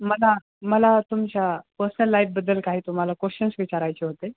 मला मला तुमच्या पसनल लाईफबद्दल काही तुम्हाला कोशन्स विचारायचे होते